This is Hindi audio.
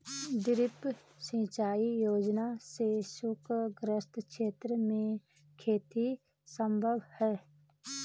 ड्रिप सिंचाई योजना से सूखाग्रस्त क्षेत्र में खेती सम्भव है